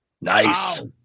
Nice